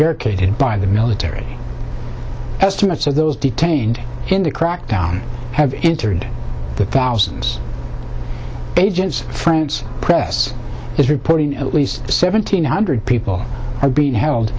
barricaded by the military estimates of those detained in the crackdown have entered the thousands agents france press is reporting at least seventeen hundred people have been held